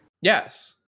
yes